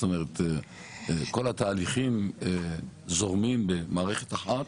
כל התהליכים זורמים במערכת אחת